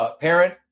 Parent